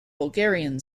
bulgarian